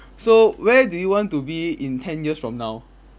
so where do you want to be in ten years from now